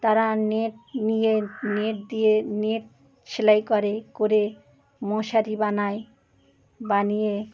তারা নেট নিয়ে নেট দিয়ে নেট সেলাই করে করে মশারি বানায় বানিয়ে